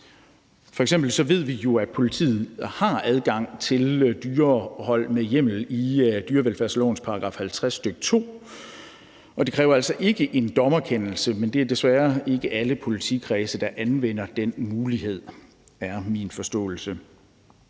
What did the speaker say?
ved vi jo, at politiet har adgang til dyrehold med hjemmel i dyrevelfærdsloven § 50, stk. 2, og det kræver altså ikke en dommerkendelse. Men det er desværre ikke alle politikredse, der anvender den mulighed, som jeg forstår det.